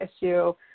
issue